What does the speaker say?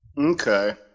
Okay